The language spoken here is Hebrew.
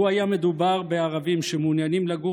לו היה מדובר בערבים שמעוניינים לגור